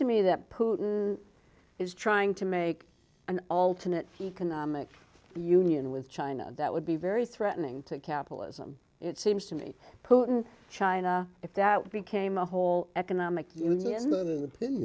to me that putin is trying to make an alternate economic union with china that would be very threatening to capitalism it seems to me putin china if that became a whole economic engine is in the